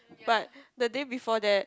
but the day before that